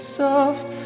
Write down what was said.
soft